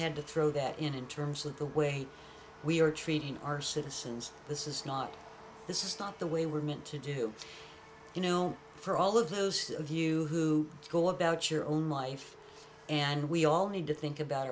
had to throw that in in terms of the way we are treating our citizens this is not this is not the way we're meant to do you know for all of those of you who go about your own life and we all need to think about